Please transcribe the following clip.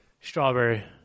Strawberry